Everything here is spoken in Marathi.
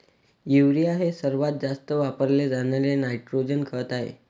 युरिया हे सर्वात जास्त वापरले जाणारे नायट्रोजन खत आहे